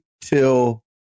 till